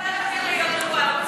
איך את יכולה להמשיך להיות רגועה?